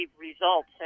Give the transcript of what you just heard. results